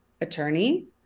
attorney